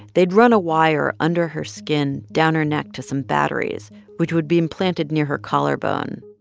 they'd run a wire under her skin, down her neck, to some batteries which would be implanted near her collarbone.